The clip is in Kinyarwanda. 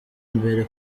imbere